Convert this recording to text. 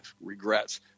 regrets